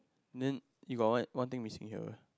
then you got one one thing missing here